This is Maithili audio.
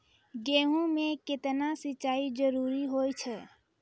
गेहूँ म केतना सिंचाई जरूरी होय छै?